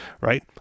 Right